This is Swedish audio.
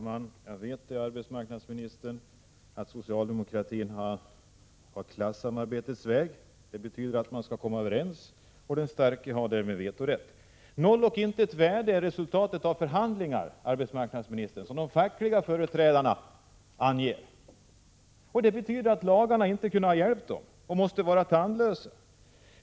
Herr talman! Jag vet, arbetsmarknadsministern, att socialdemokratin har valt klassamarbetets väg. Det betyder att parterna skall komma överens, och därmed har den starke vetorätt. Noll och intet värde har resultatet av förhandlingarna, anger de fackliga företrädarna. Det betyder att lagarna inte har kunnat hjälpa dem och att de därmed måste vara tandlösa.